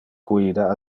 guida